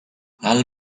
hal